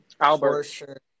Albert